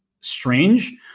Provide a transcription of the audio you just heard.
strange